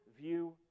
view